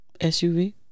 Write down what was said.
SUV